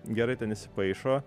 gerai ten įsipaišo